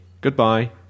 Goodbye